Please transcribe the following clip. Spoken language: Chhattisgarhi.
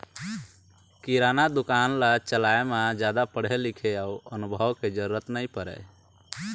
किराना दुकान ल चलाए म जादा पढ़े लिखे अउ अनुभव के जरूरत नइ परय